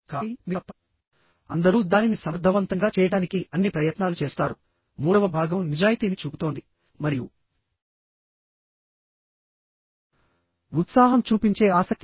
కాబట్టి మీరు తప్పక అందరూ దానిని సమర్థవంతంగా చేయడానికి అన్ని ప్రయత్నాలు చేస్తారుమూడవ భాగం నిజాయితీని చూపుతోంది మరియు ఉత్సాహం చూపించే ఆసక్తి